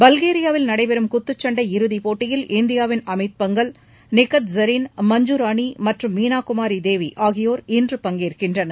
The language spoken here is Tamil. பல்கேரியாவில் நடைபெறும் குத்துச்சண்டை இறுதிப் போட்டியில் இந்தியாவின் அமித் பங்கல் நிகத் ஐரீன் மஞ்சுராணிமற்றும் மீனாகுமாரிதேவிஆகியோர் இன்று பங்கேற்கின்றனர்